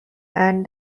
and